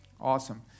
Awesome